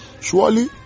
Surely